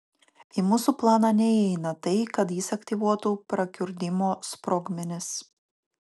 į mūsų planą neįeina tai kad jis aktyvuotų prakiurdymo sprogmenis